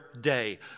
day